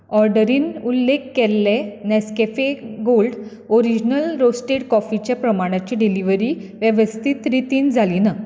ऑर्डरींत उल्लेख केल्ले नेसकॅफे गोल्ड ओरिजिनल रोस्टेड कॉफीचे प्रमाणाची डिलिव्हरी वेवस्थीत रितीन जाली ना